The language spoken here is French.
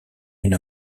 une